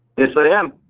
yes, i am.